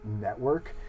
Network